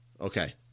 Okay